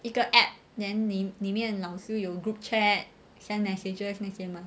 一个 app then 里面老师有 group chat send messages 那些 mah